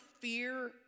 fear